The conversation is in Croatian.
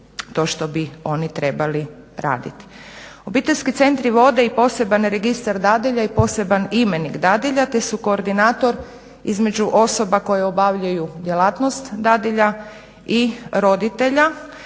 to što bi oni trebali raditi. Obiteljski centri vode i poseban registar dadilja i poseban imenik dadilja te su koordinator između osoba koje obavljaju djelatnost dadilja i roditelja